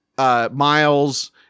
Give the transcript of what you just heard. Miles